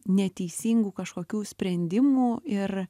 neteisingų kažkokių sprendimų ir